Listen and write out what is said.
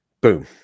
boom